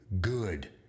good